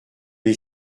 les